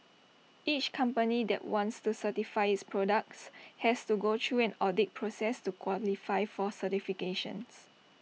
each company that wants to certify its products has to go through an audit process to qualify for certification